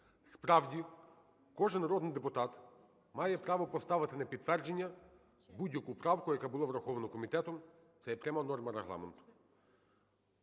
Справді, кожен народний депутат має право поставити на підтвердження будь-яку правку, яка була врахована комітетом, це є пряма норма Регламенту.